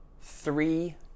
three